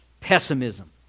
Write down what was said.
pessimism